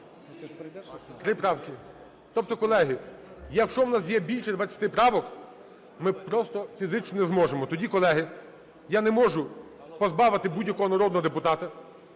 Три правки. Тобто, колеги, якщо в нас є більше двадцяти правок, ми просто фізично не зможемо. Тоді, колеги, я не можу позбавити будь-якого народного депутата